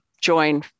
join